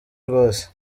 rwose